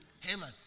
Haman